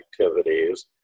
activities